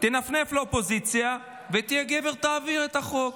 תנפנף לאופוזיציה ותהיה גבר ותעביר את החוק.